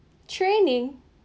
training